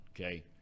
okay